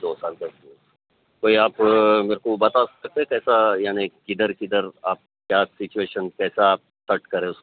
دو سال کا کورس کوئی آپ اگر کوئی بتا سکتے ہیں کیسا یعنی کدھر کدھر آپ کیا سچویشن کیسا آپ سیٹ کرے اُس کو